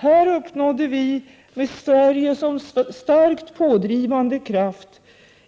Här uppnådde vi, med Sverige som starkt pådrivande kraft,